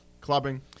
clubbing